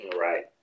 Right